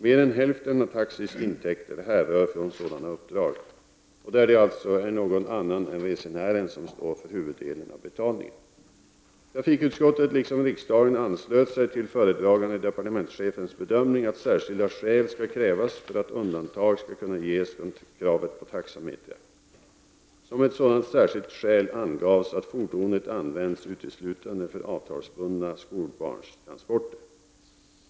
Mer än hälften av taxis intäkter härrör från sådana uppdrag och där det alltså är någon annan än resenären som står för huvuddelen av betalningen. Trafikutskottet liksom riksdagen anslöt sig till föredragande departementschefens bedömning att särskilda skäl skall krävas för att undantag skall kunna ges från kravet på taxameter. Som ett sådant särskilt skäl angavs att fordonet används uteslutande för avtalsbundna skolbarnstransporter.